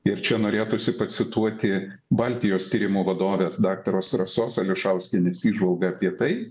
ir čia norėtųsi pacituoti baltijos tyrimų vadovės daktaros rasos ališauskienės įžvalgą apie tai